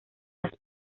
las